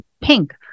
pink